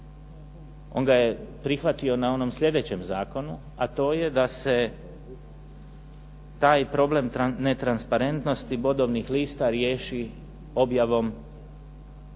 On ga je prihvatio na onom sljedećem zakonu, a to je da se taj problem netransparentnosti bodovnih lista riješi objavom